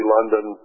London